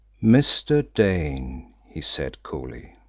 mr. dane, he said coolly,